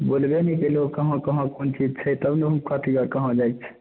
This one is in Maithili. बोलबे ने केलहो कहाँ कहाँ कोन चीज छै तब ने हम कहतियो कहाँ जाएके छै